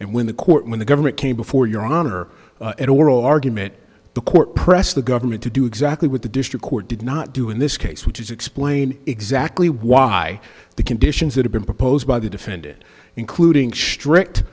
and when the court when the government came before your honor in oral argument the court press the government to do exactly what the district court did not do in this case which is explain exactly why the conditions that have been proposed by the defendant including strict